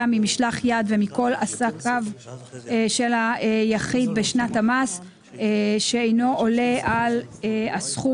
ממשלח יד ומכל עסקיו של היחיד בשנת המס שאינו עולה על הסכום